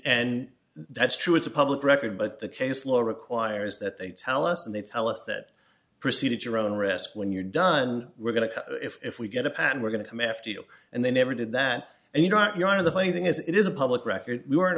and that's true it's a public record but the case law requires that they tell us and they tell us that preceded your own risk when you're done we're going to if we get a pattern we're going to come after you and they never did that and you got your out of the funny thing is it is a public record we were